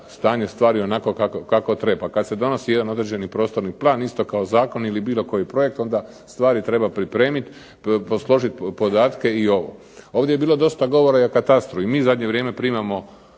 stanje stvari onako kako treba. Kad se donosi jedan određeni prostorni plan isto kao zakon ili bilo koji projekt onda stvari treba pripremiti, posložiti podatke i ovo. Ovdje je bilo dosta govora o katastru. I mi zadnje vrijeme primamo